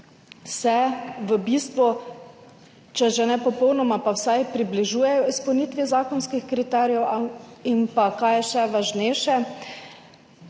v bistvu, če že ne popolnoma, vsaj približujejo izpolnitvi zakonskih kriterijev in kar je še važnejše,